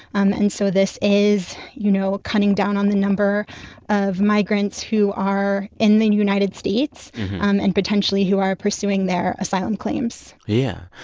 um and so this is, you know, cutting down on the number of migrants who are in the united states um and, potentially, who are pursuing their asylum claims yeah.